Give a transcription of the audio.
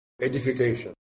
edification